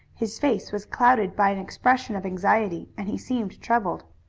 his face was clouded by an expression of anxiety and he seemed troubled.